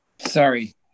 Sorry